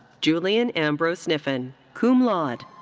julian ambrose sniffen, cum laude.